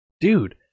dude